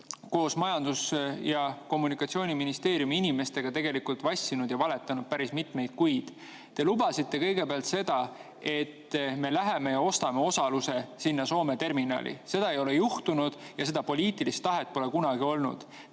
koos Majandus‑ ja Kommunikatsiooniministeeriumi inimestega tegelikult vassinud ja valetanud päris mitmeid kuid. Te lubasite kõigepealt seda, et me läheme ja ostame osaluse sinna Soome terminali. Seda ei ole juhtunud ja seda poliitilist tahet pole kunagi olnud.